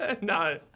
No